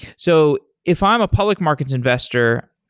so if i'm a public markets investor,